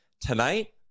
Tonight